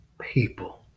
people